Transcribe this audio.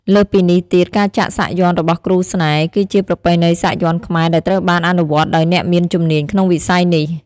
លើសពីនេះទៀតការចាក់សាក់យ័ន្តរបស់គ្រូស្នេហ៍ គឺជាប្រពៃណីសាក់យន្តខ្មែរដែលត្រូវបានអនុវត្តដោយអ្នកមានជំនាញក្នុងវិស័យនេះ។